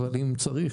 אבל אם צריך,